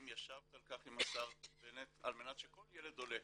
האם ישבת על כך עם השר בנט על מנת שכל ילד עולה